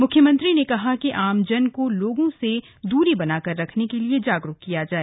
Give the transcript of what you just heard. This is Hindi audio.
मुख्यमंत्री ने कहा कि आमजन को लोगों से द्री बनाकर रखने के लिए जागरूक किया जाए